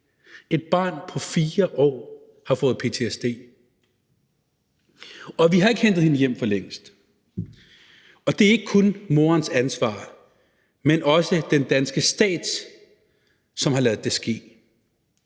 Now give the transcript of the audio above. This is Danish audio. et barn på 4 år har fået ptsd – og vi hentede hende ikke hjem for længst. Det er ikke kun morens ansvar, men også den danske stats, som har ladet det ske.